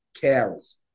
carries